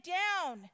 down